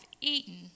eaten